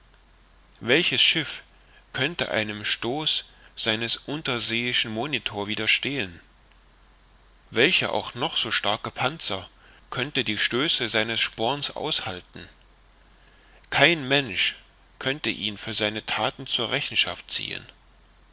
welches schiff könnte einem stoß seines unterseeischen monitor widerstehen welcher auch noch so starke panzer könnte die stöße seines sporns aushalten kein mensch könnte ihn für seine thaten zur rechenschaft ziehen